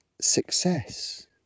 success